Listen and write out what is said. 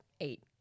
eight